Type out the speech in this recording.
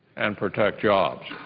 and protect jobs.